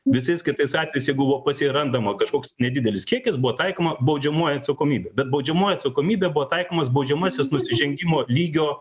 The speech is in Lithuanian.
visais kitais atvejais jeigu buvo pas jį randama kažkoks nedidelis kiekis buvo taikoma baudžiamoji atsakomybė bet baudžiamoji atsakomybė buvo taikomas baudžiamasis nusižengimo lygio